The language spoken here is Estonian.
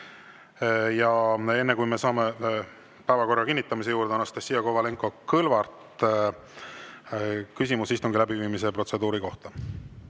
Enne kui me saame minna päevakorra kinnitamise juurde, on Anastassia Kovalenko-Kõlvartil küsimus istungi läbiviimise protseduuri kohta.